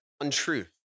untruth